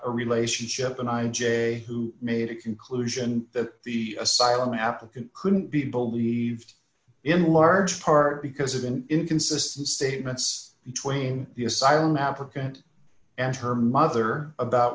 a relationship an i j who made a conclusion that the asylum applicant couldn't be believed in large part because of an inconsistent statements between the asylum african and her mother about